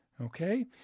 Okay